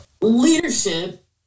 leadership